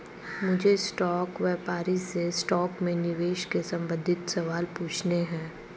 मुझे स्टॉक व्यापारी से स्टॉक में निवेश के संबंधित सवाल पूछने है